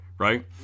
Right